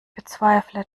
bezweifle